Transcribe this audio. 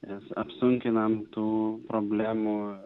nes apsunkinam tų problemų